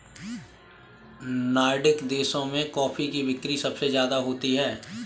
Nordic देशों में coffee की बिक्री सबसे ज्यादा होती है